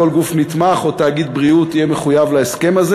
כל גוף נתמך או תאגיד בריאות יהיה מחויב להסכם הזה.